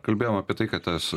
kalbėjom apie tai kad tas